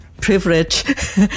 privilege